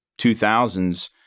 2000s